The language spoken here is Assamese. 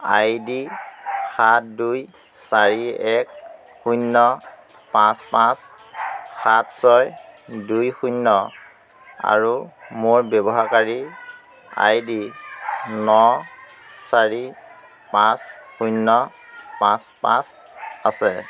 আই ডি সাত দুই চাৰি এক শূন্য পাঁচ পাঁচ সাত ছয় দুই শূন্য আৰু মোৰ ব্যৱহাৰকাৰী আই ডি ন চাৰি পাঁচ শূন্য পাঁচ পাঁচ আছে